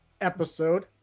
episode